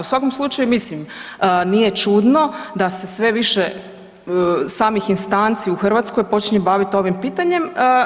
U svakom slučaju mislim nije čudno da se sve više samih instanci u Hrvatskoj počinje bavit ovim pitanje.